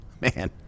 man